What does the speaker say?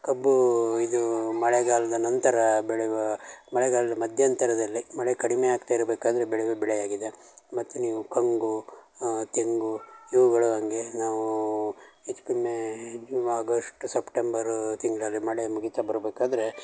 ಕಬ್ಬು ಇದು ಮಳೆಗಾಲದ ನಂತರ ಬೆಳೆವ ಮಳೆಗಾಲದ ಮಧ್ಯಂತರದಲ್ಲಿ ಮಳೆ ಕಡಿಮೆ ಆಗ್ತಾಯಿರ್ಬೇಕಾದ್ರೆ ಬೆಳೆಯುವ ಬೆಳೆಯಾಗಿದೆ ಮತ್ತು ನೀವು ಕಂಗು ತೆಂಗು ಇವುಗಳು ಹಂಗೆ ನಾವೂ ಹೆಚ್ಚು ಕಮ್ಮಿ ಜೂನ್ ಅಗೊಸ್ಟು ಸಪ್ಟೆಂಬರ್ ತಿಂಗಳಲ್ಲಿ ಮಳೆ ಮುಗೀತಾ ಬರಬೇಕಾದ್ರೆ